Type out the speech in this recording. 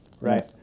Right